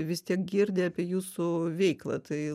vis tiek girdi apie jūsų veiklą tai